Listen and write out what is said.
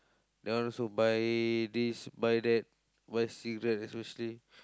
then I also buy this buy that worst cigarette especially